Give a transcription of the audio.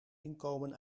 inkomen